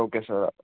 okay sir